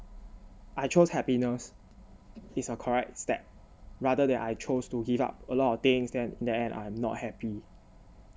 I chose happiness it's a correct step rather than I choose to give up a lot of things than that and I'm not happy